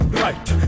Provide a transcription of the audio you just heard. right